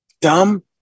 dumb